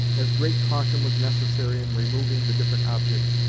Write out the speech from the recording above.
as great caution was necessary in removing the different objects,